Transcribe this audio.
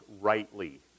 rightly